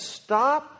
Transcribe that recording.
stop